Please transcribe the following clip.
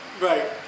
Right